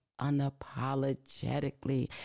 unapologetically